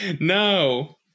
No